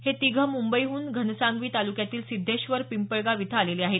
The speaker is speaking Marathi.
हे तिघं मुंबईहून घनसावंगी तालुक्यातील सिध्देश्वर पिंपळगाव इथं आलेले आहेत